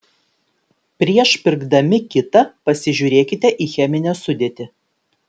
prieš pirkdami kitą pasižiūrėkite į cheminę sudėtį